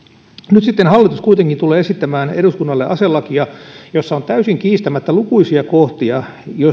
nyt sitten hallitus tulee kuitenkin esittämään eduskunnalle aselakia jossa on täysin kiistämättä lukuisia kohtia